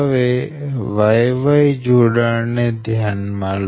હવે Y Y જોડાણ ને ધ્યાન માં લો